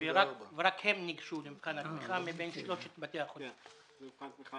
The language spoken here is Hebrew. ורק הם מבין שלושת בתי החולים ניגשו למבחן התמיכה.